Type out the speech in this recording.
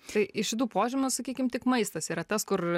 tai iš šitų požymių sakykim tik maistas yra tas kur